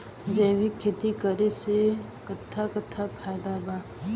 जैविक खेती करे से कट्ठा कट्ठा फायदा बा?